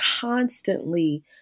constantly